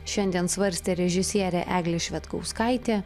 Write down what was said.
šiandien svarstė režisierė eglė švedkauskaitė